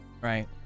right